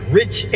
rich